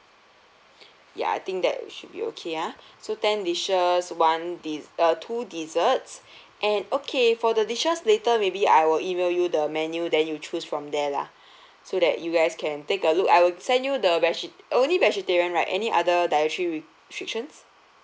ya I think that should be okay ah so ten dishes one de~ uh two desserts and okay for the dishes later maybe I will email you the menu then you choose from there lah so that you guys can take a look I will send you the vege~ only vegetarian right any other dietary restrictions